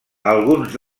alguns